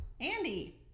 andy